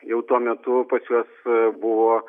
jau tuo metu pas juos buvo